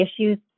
issues